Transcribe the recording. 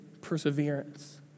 perseverance